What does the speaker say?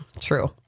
True